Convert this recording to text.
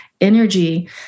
energy